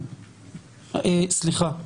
סליחה.